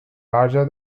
larger